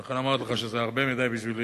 לכן אמרתי לך שזה הרבה זמן בשבילי,